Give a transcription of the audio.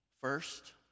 first